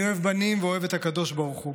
"אני אוהב בנים ואוהב את הקדוש ברוך הוא.